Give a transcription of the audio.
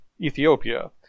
Ethiopia